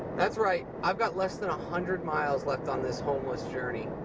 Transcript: that's right, i've got less than a hundred miles left on this homeless journey.